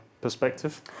perspective